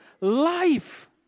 life